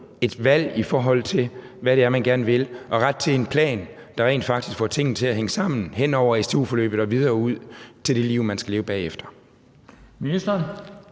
et valg, i forhold til hvad det er, man gerne vil, og ret til en plan, der rent faktisk får tingene til at hænge sammen hen over stu-forløbet og videre ud til det liv, man skal leve bagefter? Kl.